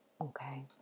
Okay